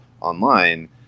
online